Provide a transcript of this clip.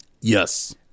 Yes